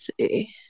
See